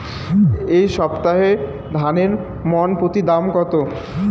এই সপ্তাহে ধানের মন প্রতি দাম কত?